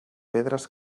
pedres